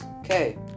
Okay